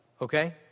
Okay